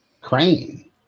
Crane